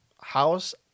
house